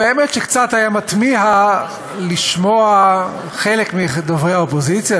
והאמת שקצת היה מתמיה לשמוע חלק מדוברי האופוזיציה,